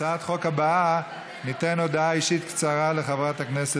והקצאת הקרקע באזור יהודה והשומרון על ידי החטיבה להתיישבות),